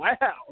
wow